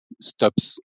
stops